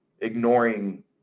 ignoring